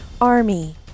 army